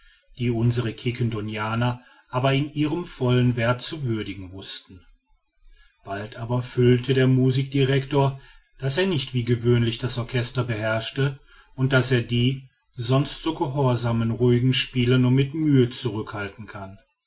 die unsere quiquendonianer aber in ihrem vollen werth zu würdigen wußten bald aber fühlt der musikdirector daß er nicht wie gewöhnlich das orchester beherrscht und daß er die sonst so gehorsamen ruhigen spieler nur mit mühe zurückhalten kann